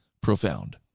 profound